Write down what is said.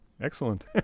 Excellent